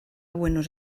buenos